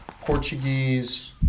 Portuguese